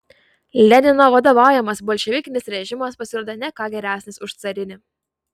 lenino vadovaujamas bolševikinis režimas pasirodė ne ką geresnis už carinį